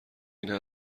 این